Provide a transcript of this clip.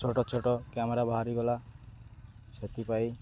ଛୋଟ ଛୋଟ କ୍ୟାମେରା ବାହାରିଗଲା ସେଥିପାଇଁ